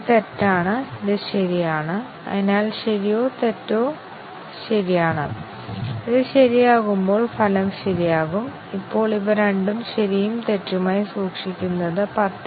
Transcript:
അതിനാൽ രണ്ടാമത്തേതിന് ഞങ്ങൾ ട്രൂവോ ഫാൾസോ നൽകുന്നുണ്ടോ എന്നത് ശരിക്കും പ്രശ്നമല്ല കാരണം കംപൈലർ അത് പരിശോധിക്കുന്നില്ല